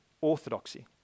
orthodoxy